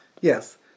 Yes